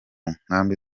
nkambi